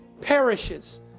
perishes